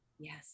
Yes